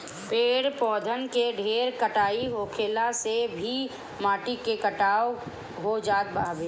पेड़ पौधन के ढेर कटाई होखला से भी माटी के कटाव हो जात हवे